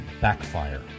Backfire